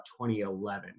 2011